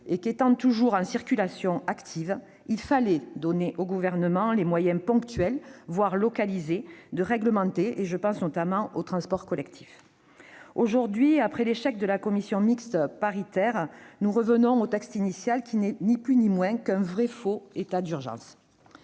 il est toujours en circulation active, il fallait donner au Gouvernement les moyens de réglementer de façon ponctuelle, voire locale ; je pense notamment aux transports collectifs. Aujourd'hui, après l'échec de la commission mixte paritaire, nous en revenons au texte initial, qui n'est ni plus ni moins qu'un vrai-faux état d'urgence.